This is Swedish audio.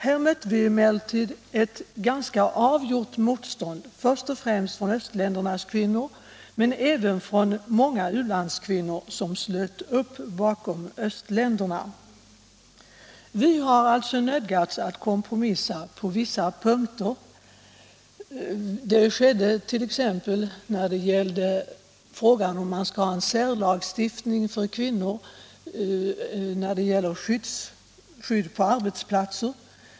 Här mötte vi emellertid ett ganska bestämt motstånd från i första hand östländernas kvinnor men även från många u-landskvinnor, som slöt upp bakom östländerna. Vi har alltså nödgats att kompromissa på vissa punkter. Det skedde t.ex. beträffande frågan om man skall ha en särlagstiftning för kvinnor när det gäller skydd på arbetsplatser.